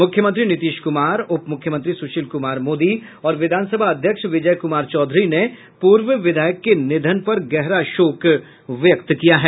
मुख्यमंत्री नीतीश कुमार उपमुख्यमंत्री सुशील कुमार मोदी और विधानसभा अध्यक्ष विजय कुमार चौधरी ने पूर्व विधायक के निधन पर गहरा शोक व्यक्त किया है